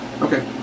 Okay